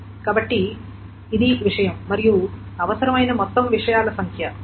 కాబట్టి ఇది విషయం మరియు అవసరమైన మొత్తం విషయాల సంఖ్య